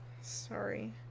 Sorry